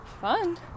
fun